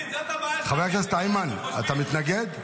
חבר הכנסת איימן, אתה מתנגד?